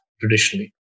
traditionally